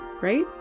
right